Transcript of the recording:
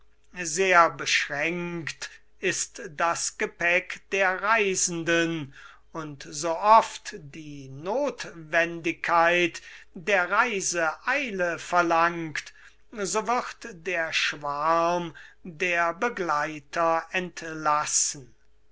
sehr beschränkt ist das gepäck der reisenden und so oft die nothwendigkeit der reise eile verlangt so wird der schwarm der begleiter entlassen